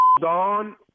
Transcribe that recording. Dawn